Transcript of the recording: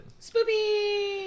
Spoopy